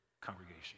congregation